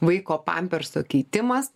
vaiko pamperso keitimas